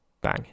bang